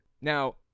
Now